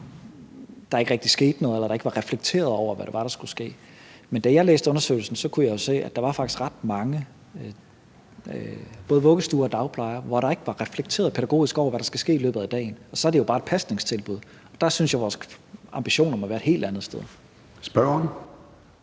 der ikke rigtig skete noget eller der ikke var reflekteret over, hvad det var, der skulle ske. Men da jeg læste undersøgelsen, kunne jeg jo se, at der faktisk var ret mange, både vuggestuer og dagplejer, hvor der ikke var reflekteret pædagogisk over, hvad der skal ske i løbet af dagen, og så er det jo bare et pasningstilbud, og der synes jeg vores ambitioner må være et helt andet sted. Kl.